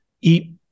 eat